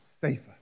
safer